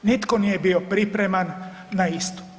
Nitko nije bio pripreman na istu.